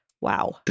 Wow